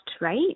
right